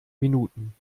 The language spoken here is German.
minuten